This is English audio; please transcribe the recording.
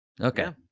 Okay